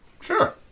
Sure